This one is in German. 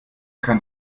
kann